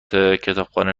کتابخانه